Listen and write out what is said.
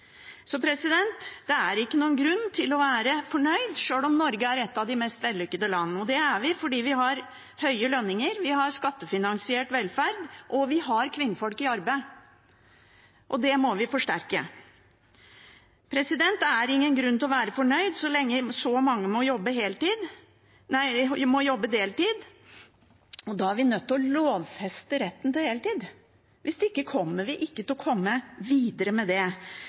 Det er ikke noen grunn til å være fornøyd sjøl om Norge er et av de mest vellykkede landene. Det er vi fordi vi har høye lønninger, vi har skattefinansiert velferd, og vi har kvinnfolk i arbeid – og det må vi forsterke. Det er ingen grunn til å være fornøyd så lenge så mange må jobbe deltid, og da er vi nødt til å lovfeste retten til heltid. Hvis ikke kommer vi ikke til å komme videre med det.